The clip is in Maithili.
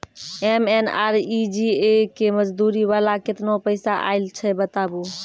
एम.एन.आर.ई.जी.ए के मज़दूरी वाला केतना पैसा आयल छै बताबू?